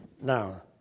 Now